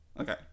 Okay